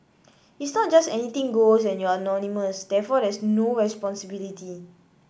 it's not just anything goes and you're anonymous therefore there's no responsibility